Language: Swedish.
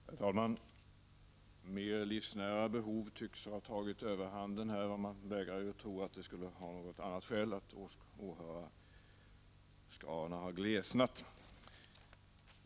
Herr talman! Mer livsnära behov tycks ha tagit överhanden här i kammaren. Man vägrar ju att tro att det skulle vara något annat skäl till att åhörarskarorna har glesnat.